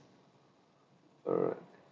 alright